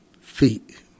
feet